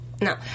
no